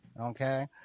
Okay